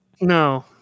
No